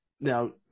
now